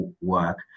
work